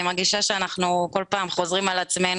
אני מרגישה שאנחנו כל הזמן חוזרים על עצמנו